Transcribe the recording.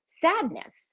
sadness